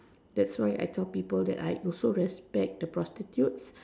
that's why I tell people that I also respect the prostitutes